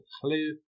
clue